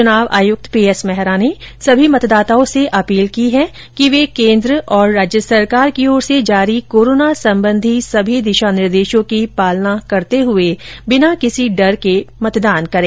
चुनाव आयुक्त पीएस मेहरा ने सभी मतदाताओं से अपील की है कि वे केंद्र और राज्य सरकार द्वारा जारी कोरोना संबंधी सभी दिशा निर्देशों की पालना करते हुए निर्भय होकर मतदान करें